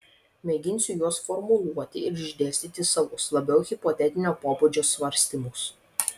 mėginsiu juos formuluoti ir išdėstyti savus labiau hipotetinio pobūdžio svarstymus